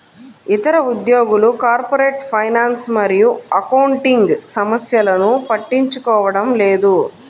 ఇతర ఉద్యోగులు corporate finance మరియు అకౌంటింగ్ సమస్యలను పట్టించుకోవడం లేదు